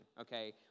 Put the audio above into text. okay